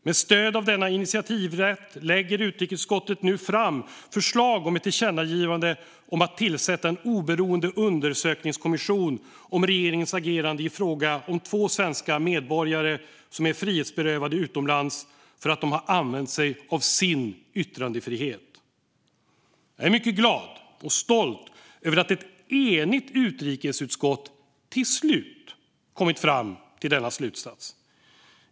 Med stöd av denna initiativrätt lägger utrikesutskottet nu fram förslag om ett tillkännagivande om att tillsätta en oberoende undersökningskommission om regeringens agerande i fråga om två svenska medborgare som är frihetsberövade utomlands för att ha använt sig av sin yttrandefrihet. Jag är mycket glad och stolt över att ett enigt utrikesutskott till slut kommit fram till denna slutsats.